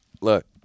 Look